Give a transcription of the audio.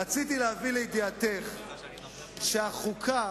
רציתי להביא לידיעתך שהחוקה